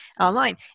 Online